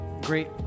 great